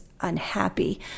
unhappy